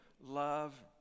love